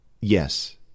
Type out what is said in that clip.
yes